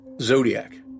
Zodiac